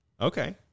Okay